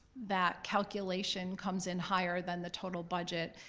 that calculation comes in higher than the total budget,